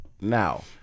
Now